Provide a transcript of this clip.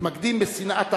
מתמקדים בשנאת האחר,